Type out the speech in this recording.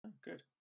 Good